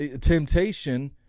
Temptation